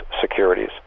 securities